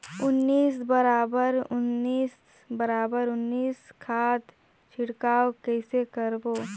उन्नीस बराबर उन्नीस बराबर उन्नीस खाद छिड़काव कइसे करबो?